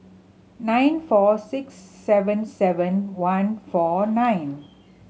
nine four six seven seven one four nine